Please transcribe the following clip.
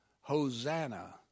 Hosanna